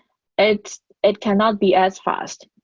it it cannot be as fast.